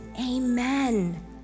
Amen